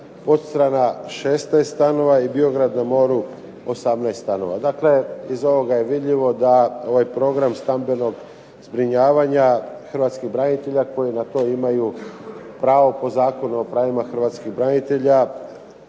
Podstrana 16 stanova i Biograd na moru 18 stanova. Dakle, iz ovoga je vidljivo da ovaj program stambenog zbrinjavanja hrvatskih branitelja koji na to imaju pravo po Zakonu o pravima hrvatskih branitelja